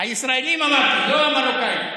הישראלים, אמרתי, לא המרוקאים.